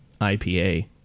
ipa